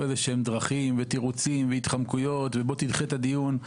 דרכים ותירוצים והתחמקויות ולבקש שתדחה את הדיון,